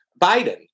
Biden